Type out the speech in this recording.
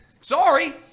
Sorry